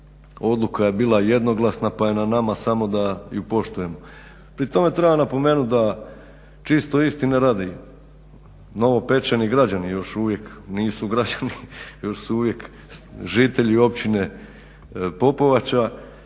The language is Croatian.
odluka je bila jednoglasna, pa je na nama samo da ju poštujemo. Pri tome treba napomenuti da čisto istine radi novopečeni građani još uvijek nisu građani, još su uvijek žitelji općine Popovača.